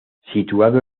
situado